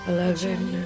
Eleven